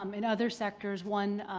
um in other sectors one